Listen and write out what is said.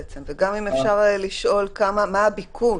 ואם אפשר לשאול גם מה הביקוש?